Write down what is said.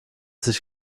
sich